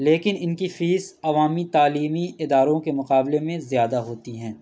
لیکن ان کی فیس عوامی تعلیمی اداروں کے مقابلے میں زیادہ ہوتی ہے